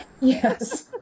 Yes